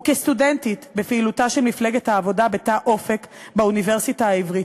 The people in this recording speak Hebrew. וכסטודנטית בפעילותה של מפלגת העבודה ב"תא אופק" באוניברסיטה העברית.